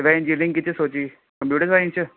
ਅਤੇ ਵੈਸੇ ਇੰਜੀਨੀਅਰਿੰਗ ਕਿਸ 'ਚ ਸੋਚੀ ਕੰਪਿਊਟਰ ਸਾਇੰਸ 'ਚ